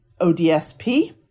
ODSP